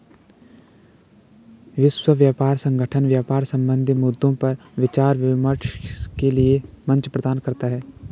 विश्व व्यापार संगठन व्यापार संबंधी मद्दों पर विचार विमर्श के लिये मंच प्रदान करता है